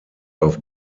auf